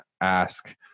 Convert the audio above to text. ask